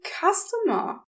customer